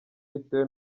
bitewe